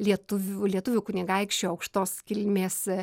lietuvių lietuvių kunigaikščio aukštos kilmės